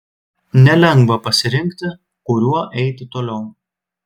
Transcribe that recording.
nelengva pasirinkti kuriuo eiti toliau